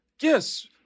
Yes